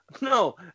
no